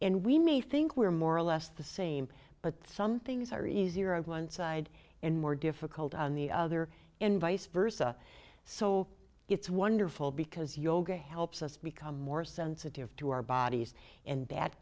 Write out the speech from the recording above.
and we may think we're more or less the same but some things are easier on one side and more difficult on the other and vice versa so it's wonderful because yoga helps us become more sensitive to our bodies and